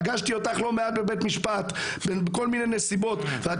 פגשתי אותך לא מעט בבית משפט בכל מיני נסיבות ואת